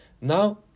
now